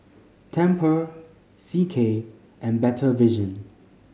Temper C K and Better Vision